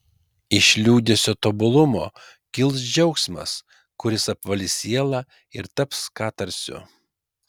iš liūdesio tobulumo kils džiaugsmas kuris apvalys sielą ir taps katarsiu